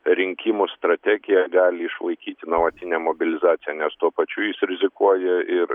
rinkimų strategija gali išlaikyti nuolatinę mobilizaciją nes tuo pačiu jis rizikuoja ir